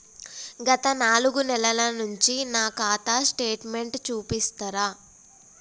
గత నాలుగు నెలల నుంచి నా ఖాతా స్టేట్మెంట్ చూపిస్తరా?